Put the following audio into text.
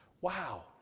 Wow